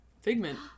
figment